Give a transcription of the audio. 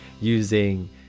using